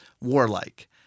warlike